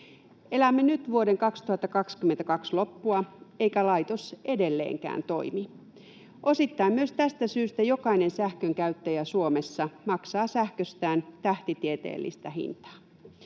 Elämme nyt vuoden 2022 loppua, eikä laitos edelleenkään toimi. Osittain myös tästä syystä jokainen sähkönkäyttäjä Suomessa maksaa sähköstään tähtitieteellistä hintaa.